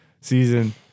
season